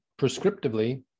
prescriptively